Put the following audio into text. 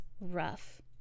rough